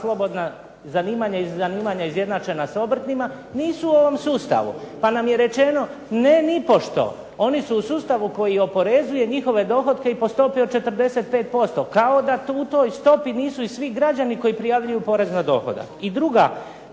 i zanimanja izjednačena s obrtima, nisu u ovom sustavu. Pa nam je rečeno ne, nipošto, oni su u sustavu koji oporezuje njihove dohotke i po stopi od 45%, kao da u toj stopi nisu i svi građani koji prijavljuju porez na dohodak. I druga